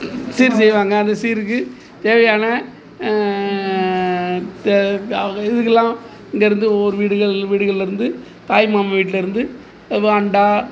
சீர் செய்வாங்க அந்த சீருக்கு தேவையான க தா இதுக்கெல்லாம் இங்கேருந்து ஒவ்வொரு வீடுகள் வீடுகள்லேருந்து தாய்மாமன் வீட்லேருந்து எதோ அண்டா